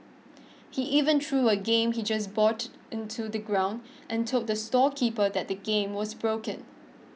he even threw a game he just bought onto the ground and told the storekeeper that the game was broken